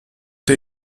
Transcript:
der